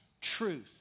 Truth